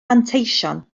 manteision